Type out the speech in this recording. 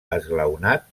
esglaonat